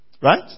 Right